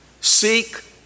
Seek